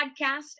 podcast